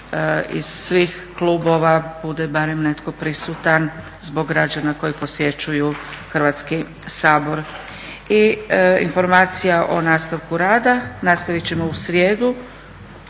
iz svih klubova bude barem netko prisutan zbog građana koji posjećuju Hrvatski sabor. I informacija o nastavku rada. Nastavit ćemo u srijedu,